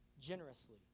generously